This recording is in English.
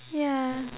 yeah